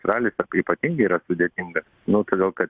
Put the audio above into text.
ralis sako ypatingai yra sudėtinga nu todėl kad